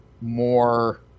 more